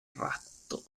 ratto